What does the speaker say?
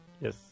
Yes